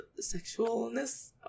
sexualness